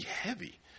heavy